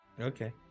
Okay